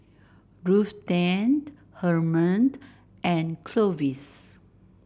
Ruthanne Herman and Clovis